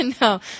No